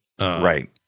Right